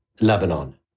Lebanon